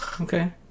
Okay